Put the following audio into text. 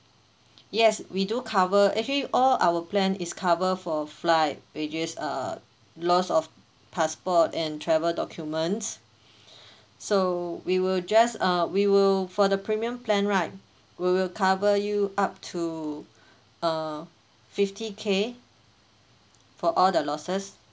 yes we do cover actually all our plan is cover for flight which is uh loss of passport and travel documents so we will just uh we will for the premium plan right we will cover you up to uh fifty K for all the losses